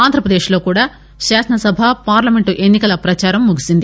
ఆంధ్రప్రదేశ్ లో కూడా శాసనసభ పార్లమెంట్ ఎన్సి కల ప్రచారం ముగిసింది